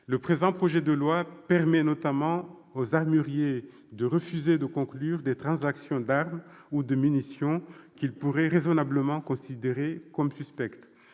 Le présent projet de loi permet notamment aux armuriers de refuser de conclure des transactions d'armes ou de munitions qu'ils pourraient raisonnablement considérer comme suspectes.